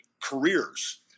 careers